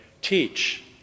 teach